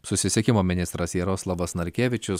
susisiekimo ministras jaroslavas narkevičius